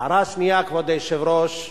הערה שנייה, כבוד היושב-ראש,